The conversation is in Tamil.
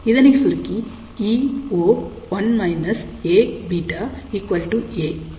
இதனை சுருக்கி eo1−AβA ei eo ei A1−Aβ என்ன நடக்கும்